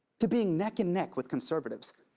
to being neck-and-neck with conservatives.